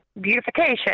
beautification